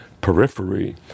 periphery